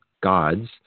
gods